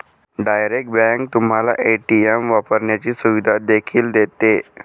direct bank तुम्हाला ATM वापरण्याची सुविधा देखील देते